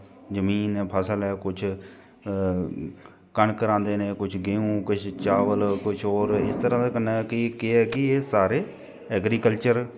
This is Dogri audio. जमीन ऐ फसल ऐ कुछ कनक रांह्दे न कुछ गेहूं किश चावल किश होर इस तरह् दे कन्नै केह् ऐ कि एह् सारे ऐग्रीकल्चर